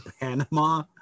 Panama